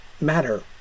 matter